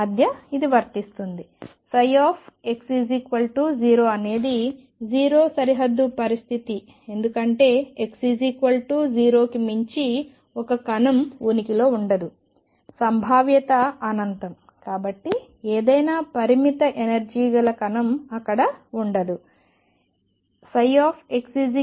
x0 అనేది 0 సరిహద్దు పరిస్థితి ఎందుకంటే x 0 కి మించి ఒక కణం ఉనికిలో ఉండదు సంభావ్యత అనంతం కాబట్టి ఏదైనా పరిమిత ఎనర్జీ గల కణం అక్కడ ఉండదు మరియు xL0